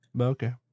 Okay